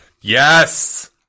Yes